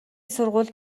сургуульд